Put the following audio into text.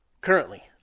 Currently